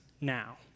now